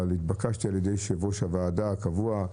אבל התבקשתי על ידי יושב-ראש הוועדה הקבוע,